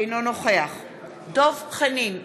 אינו נוכח דב חנין,